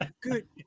Good